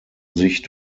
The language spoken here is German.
sich